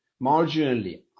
marginally